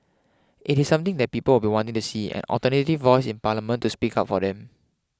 it is something that people will be wanting to see an alternative voice in parliament to speak up for them